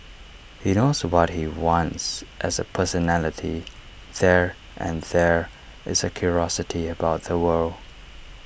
he knows what he wants as A personality there and there is A curiosity about the world